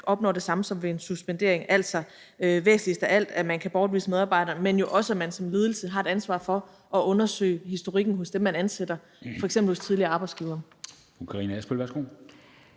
opnår det samme som ved en suspendering, altså væsentligst af alt, at man kan bortvise medarbejderen, men jo også, at man som ledelse har et ansvar for at undersøge historikken hos dem, man ansætter, f.eks. hos tidligere arbejdsgivere.